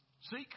Seek